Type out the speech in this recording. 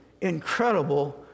incredible